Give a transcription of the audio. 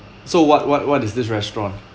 so what what what is this restaurant